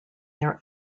their